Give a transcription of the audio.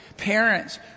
parents